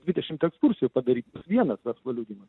dvidešimt ekskursijų padaryt vienas verslo liudijimas